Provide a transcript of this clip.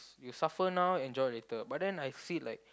you suffer now enjoy later but then I see like